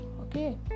Okay